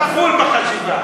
מלבה את השנאה.